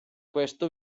questo